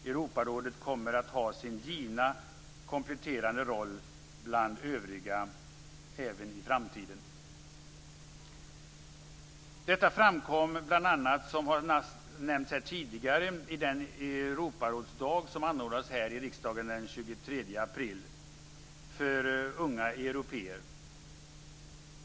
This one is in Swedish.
Europarådet kommer att ha sin givna, kompletterande roll bland övriga även i framtiden. Detta framkom bl.a. vid den Europarådsdag, som har nämnts här tidigare, som anordnades här i riksdagen den 23 april för unga européer.